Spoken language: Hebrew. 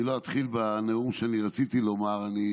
אני לא אתחיל בנאום שרציתי לומר, אבל אני